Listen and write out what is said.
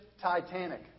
Titanic